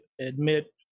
admit